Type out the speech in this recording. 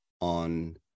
on